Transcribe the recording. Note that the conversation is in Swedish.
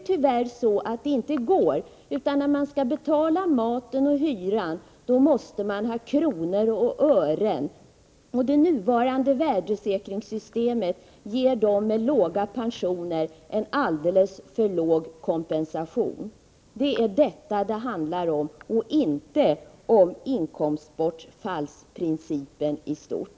Tyvärr går det inte, utan när man skall betala mat och hyra måste man ha kronor och ören, och det nuvarande värdesäkringssystemet ger dem med låg pension en alldeles för låg kompensation — det är detta det handlar om, inte om inkomstbortfallsprincipen i stort.